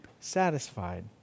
satisfied